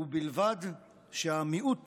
ובלבד שהמיעוט